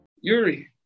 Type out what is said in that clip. Yuri